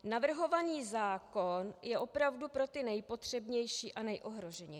Navrhovaný zákon je opravdu pro ty nejpotřebnější a nejohroženější.